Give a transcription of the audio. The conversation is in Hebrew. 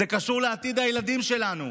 זה קשור לעתיד הילדים שלנו.